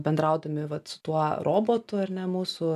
bendraudami vat su tuo robotu ar ne mūsų